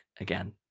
again